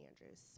Andrews